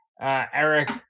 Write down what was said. Eric